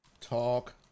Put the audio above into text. talk